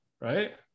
Right